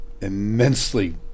immensely